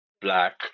black